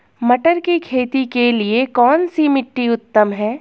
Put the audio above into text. मटर की खेती के लिए कौन सी मिट्टी उत्तम है?